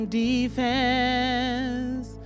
defense